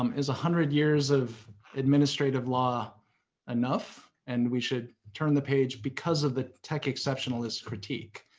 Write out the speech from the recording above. um is a hundred years of administrative law enough and we should turn the page because of the tech exceptionalist critique?